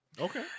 Okay